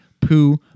poo